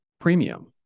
premium